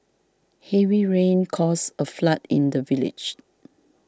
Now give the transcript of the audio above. heavy rains caused a flood in the village